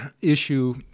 issue